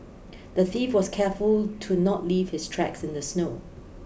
the thief was careful to not leave his tracks in the snow